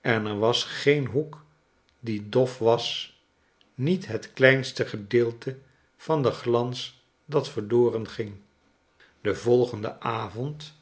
en er was geen hoek die dof was niet het kleinste gedeelte van denglans dat verloren ging den volgenden avond